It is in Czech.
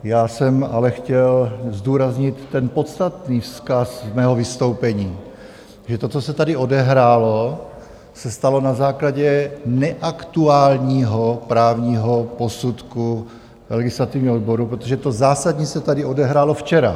Já jsem ale chtěl zdůraznit ten podstatný vzkaz z mého vystoupení, protože to, co se tady odehrálo, se stalo na základě neaktuálního právního posudku legislativního odboru, protože to zásadní se tady odehrálo včera.